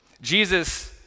Jesus